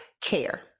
care